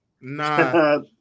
Nah